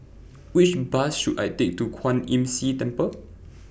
Which Bus should I Take to Kwan Imm See Temple